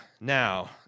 now